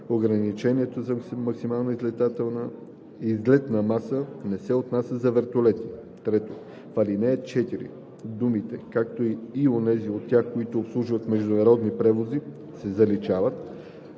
ограничението за максимална излетна маса не се отнася за вертолети.“ 3. В ал. 4 думите „както и онези от тях, които обслужват международни превози“ се заличават.